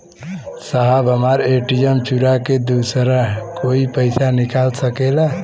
साहब हमार ए.टी.एम चूरा के दूसर कोई पैसा निकाल सकेला?